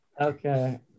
Okay